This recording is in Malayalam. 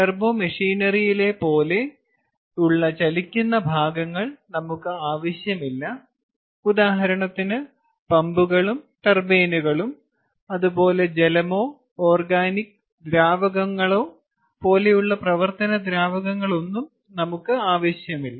ടർബോമഷിനറിയിലെ പോലെയുള്ള ചലിക്കുന്ന ഭാഗങ്ങൾ നമുക്ക് ആവശ്യമില്ല ഉദാഹരണത്തിന് പമ്പുകളും ടർബൈനുകളും അതുപോലെ ജലമോ ഓർഗാനിക് ദ്രവങ്ങളോ പോലെയുള്ള പ്രവർത്തന ദ്രാവകങ്ങളൊന്നും നമുക്ക് ആവശ്യമില്ല